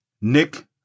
Nick